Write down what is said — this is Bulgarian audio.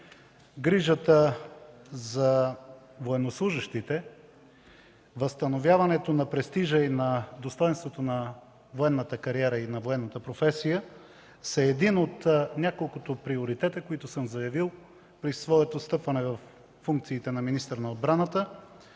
грижата за военнослужещите, възстановяването на престижа и достойнството на военната кариера и военната професия са един от няколкото приоритета, които съм заявил при своето встъпване във функциите на министър на отбраната